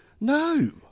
No